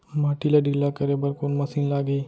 माटी ला ढिल्ला करे बर कोन मशीन लागही?